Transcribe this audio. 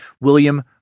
william